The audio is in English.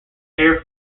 air